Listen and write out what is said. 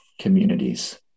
communities